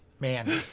Man